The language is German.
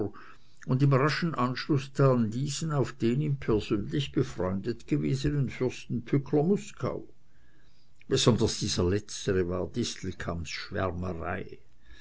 und im raschen anschluß an diesen auf den ihm persönlich befreundet gewesenen fürsten pückler muskau besonders dieser letztere war distelkamps